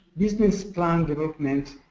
business plan development,